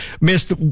missed